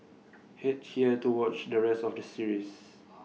Head here to watch the rest of the series